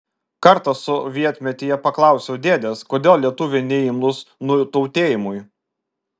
kartą sovietmetyje paklausiau dėdės kodėl lietuviai neimlūs nutautėjimui